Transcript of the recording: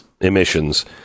emissions